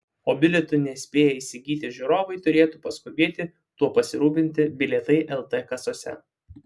o bilietų nespėję įsigyti žiūrovai turėtų paskubėti tuo pasirūpinti bilietai lt kasose